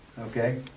Okay